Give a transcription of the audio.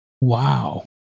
Wow